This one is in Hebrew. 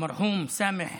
אל-מרחום סאמח